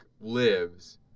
lives